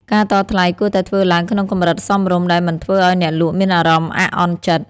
ការតថ្លៃគួរតែធ្វើឡើងក្នុងកម្រិតសមរម្យដែលមិនធ្វើឲ្យអ្នកលក់មានអារម្មណ៍អាក់អន់ចិត្ត។